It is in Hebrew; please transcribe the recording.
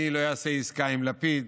אני לא אעשה עסקה עם לפיד.